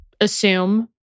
assume